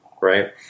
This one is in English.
right